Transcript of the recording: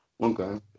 Okay